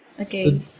Okay